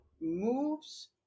moves